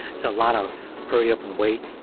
it's a lot of hurry up and wait,